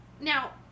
Now